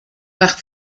nach